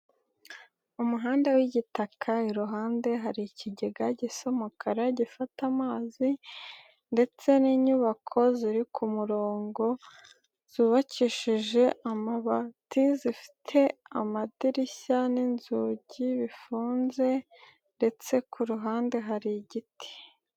Umuhanda w'igitaka iruhande hari ikigega gisa umukara gifata amazi ndetse n'inyubako ziri ku murongo zubakishije amabati zifite amadirishya n'inzugi bifunze ndetse ku ruhande hari igiti.